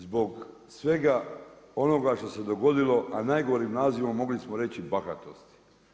Zbog svega ono što se dogodilo a najgori nazivom mogli smo reći bahatosti.